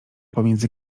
pomiędzy